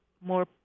more